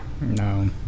no